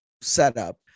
setup